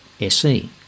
SE